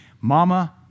Mama